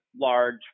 large